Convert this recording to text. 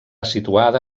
situada